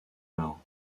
nord